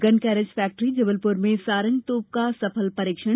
gun carriage factory Jabalpur में सारंग तोप का सफल परीक्षण